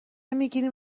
میگیریم